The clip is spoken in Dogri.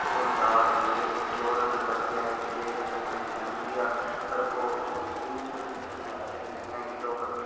होंदा ते एह् इंश्योर कराइयै कि एह्दे कारण मेरी फैमिली बी होग ते कोई बी बची सकदा जेह्दे कारण